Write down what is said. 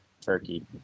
Turkey